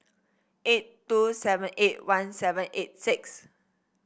eight two seven eight one seven eight six